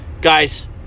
guys